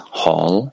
hall